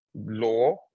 law